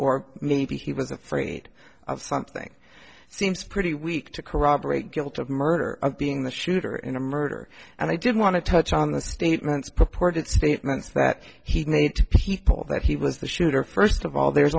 or maybe he was afraid of something seems pretty weak to corroborate guilt of murder of being the shooter in a murder and i did want to touch on the statements purported statements that he made that he was the shooter first of all there's